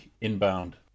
inbound